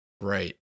Right